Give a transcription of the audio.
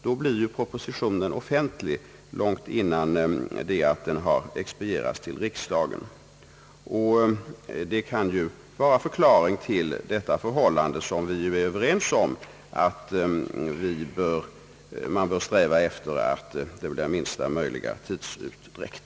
Då blir ju propositionen offentlig långt innan den har expedierats till riksdagen. Det kan ju vara en förklaring, Vi är överens om att sträva efter att det blir minsta möjliga tidsutdräkt.